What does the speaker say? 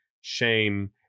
shame